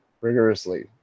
rigorously